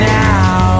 now